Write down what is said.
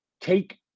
Take